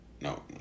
no